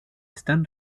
están